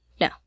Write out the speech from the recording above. no